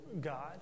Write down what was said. God